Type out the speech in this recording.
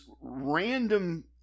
random